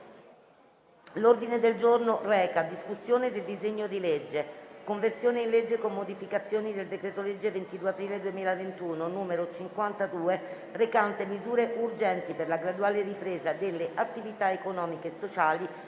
ln sede di discussione del disegno di legge recante "Conversione in legge, con modificazioni, del decreto-legge 22 aprile 2021, n. 52, recante misure urgenti per la graduale ripresa delle attività economiche e sociali